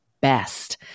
best